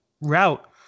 route